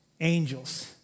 angels